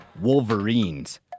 wolverines